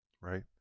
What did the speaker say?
right